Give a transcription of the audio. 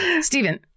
Stephen